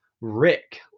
Rick